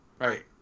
Right